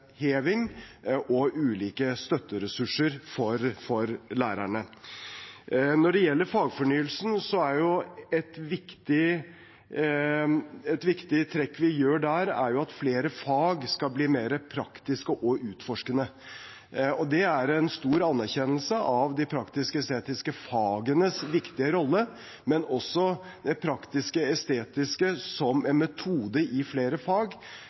og ulike støtteressurser for lærerne. Når det gjelder fagfornyelsen: Et viktig trekk vi gjør der, er at flere fag skal bli mer praktiske og utforskende. Det er en stor anerkjennelse av de praktisk-estetiske fagenes viktige rolle – og også det praktisk-estetiske som metode i flere fag.